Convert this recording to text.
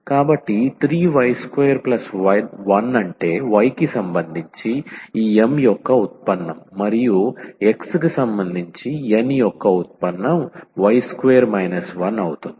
కాబట్టి 3 y21 అంటే y కి సంబంధించి ఈ M యొక్క ఉత్పన్నం మరియు x కి సంబంధించి N యొక్క ఉత్పన్నం y2 1 అవుతుంది